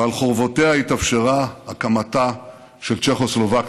ועל חורבותיה התאפשרה הקמתה של צ'כוסלובקיה.